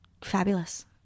fabulous